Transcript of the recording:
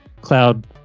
Cloud